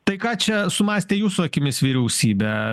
tai ką čia sumąstė jūsų akimis vyriausybė